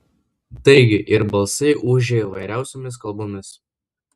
taigi ir balsai ūžė įvairiausiomis kalbomis